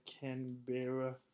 Canberra